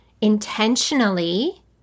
intentionally